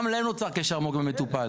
גם להם נוצר קשר עמוק עם המטופל.